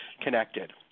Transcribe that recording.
connected